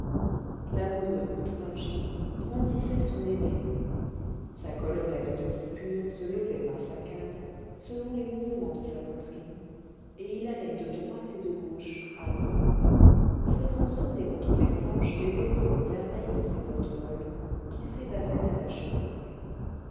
l'amoureux outragé brandissait son épée nue sa collerette de guipure se levait par saccades selon les mouvements de sa poitrine et il allait de droite et de gauche à grands pas faisant sonner contre les planches les éperons vermeils de ses bottes molles qui s'évasaient à la cheville